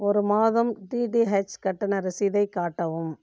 ஒரு மாதம் டிடிஹெச் கட்டண ரசீதைக் காட்டவும்